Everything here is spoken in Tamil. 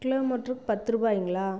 கிலோமீட்டருக்கு பத்து ருபாய்ங்களா